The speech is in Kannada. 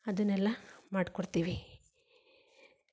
ಅದನ್ನೆಲ್ಲ ಮಾಡಿಕೊಡ್ತೀವಿ